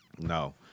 No